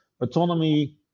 autonomy